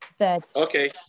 Okay